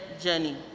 journey